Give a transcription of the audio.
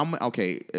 Okay